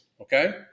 Okay